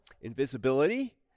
invisibility